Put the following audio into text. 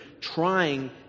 trying